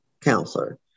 counselor